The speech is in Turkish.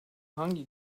hangi